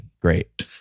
Great